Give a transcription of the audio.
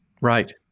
right